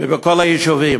ובכל היישובים?